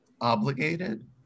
obligated